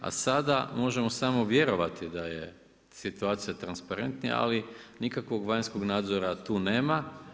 A sada možemo samo vjerovati da je situacija transparentnija, ali nikakvog vanjskog nadzora tu nema.